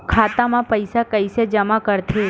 खाता म पईसा कइसे जमा करथे?